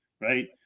right